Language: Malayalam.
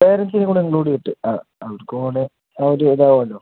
പാരൻറ്റ്സിനെ കൂട ഇൻക്ലൂഡ് ചെയ്തിട്ട് ആ അവർക്ക് കൂടെ ആ ഒര് ഇത് ആവും അല്ലൊ